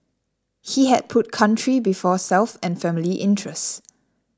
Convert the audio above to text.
he had put country before self and family interest